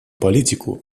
политику